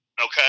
Okay